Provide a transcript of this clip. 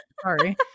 Sorry